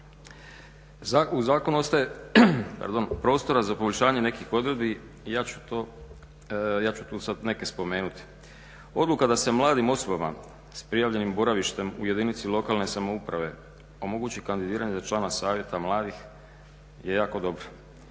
U zakonu ostaje prostora za poboljšanje nekih odredbi i ja ću tu sad neke spomenuti. Odluka da se mladim osobama s prijavljenim boravištem u jedinici lokalne samouprave omogući kandidiranje za člana Savjeta mladih je jako dobra.